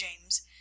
James